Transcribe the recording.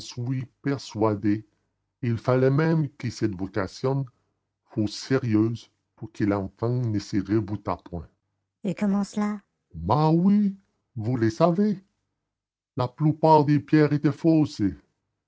persuadé et il fallait même que cette vocation fût sérieuse pour que l'enfant ne se rebutât point et comment cela mais oui vous le savez la plupart des pierres étaient fausses